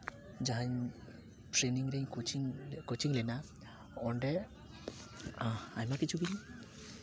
ᱡᱟᱦᱟᱸᱧ ᱴᱨᱮᱱᱤᱝ ᱨᱮᱧ coaching coaching ᱞᱮᱱᱟ ᱚᱸᱰᱮ ᱟᱭᱢᱟ ᱠᱤᱪᱷᱩ ᱜᱤᱧ